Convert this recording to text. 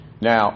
Now